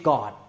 God